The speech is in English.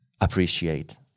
appreciate